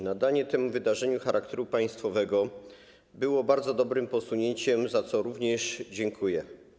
Nadanie temu wydarzeniu charakteru państwowego było bardzo dobrym posunięciem, za co również dziękuję.